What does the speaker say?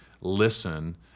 listen